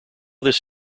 this